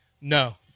No